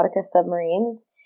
Submarines